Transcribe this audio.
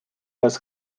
без